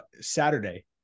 Saturday